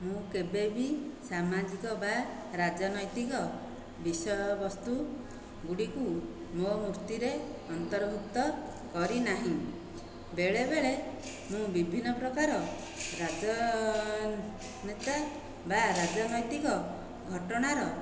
ମୁଁ କେବେ ବି ସାମାଜିକ ବା ରାଜନୈତିକ ବିଷୟବସ୍ତୁ ଗୁଡ଼ିକୁ ମୋ ମୂର୍ତ୍ତିରେ ଅନ୍ତର୍ଭୁକ୍ତ କରି ନାହିଁ ବେଳେବେଳେ ମୁଁ ବିଭିନ୍ନ ପ୍ରକାର ରାଜନେତା ବା ରାଜନୈତିକ ଘଟଣାର